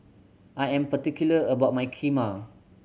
I am particular about my Kheema